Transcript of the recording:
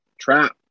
trap